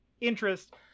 interest